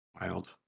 Wild